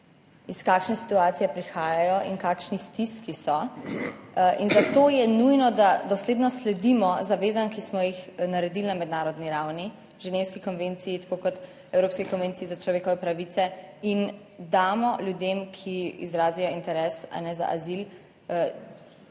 iz kakšne situacije prihajajo in v kakšni stiski so in zato je nujno, da dosledno sledimo zavezam, ki smo jih naredili na mednarodni ravni, Ženevski konvenciji, tako kot Evropski konvenciji za človekove pravice in damo ljudem, ki izrazijo interes za azil,